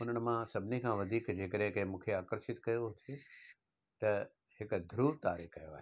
उन्हनि मां सभिनी खां वधीक जेकरे की मूंखे आकर्षित कयो त हिकु ध्रुवतारे कयो आहे